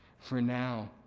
for now,